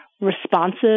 responsive